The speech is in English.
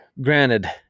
granted